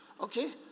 Okay